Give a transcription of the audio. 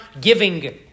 giving